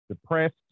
depressed